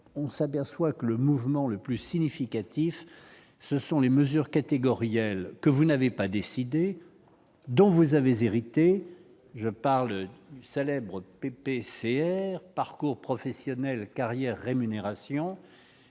on s'aperçoit que le mouvement le plus significatif, ce sont les mesures catégorielles, que vous n'avez pas décidé, dont vous avez hérité, je parle du célèbre PPCR, parcours professionnels carrières rémunération